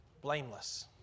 blameless